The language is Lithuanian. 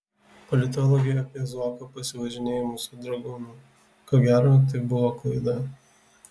politologė apie zuoko pasivažinėjimus su dragūnu ko gero tai buvo klaida